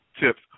tips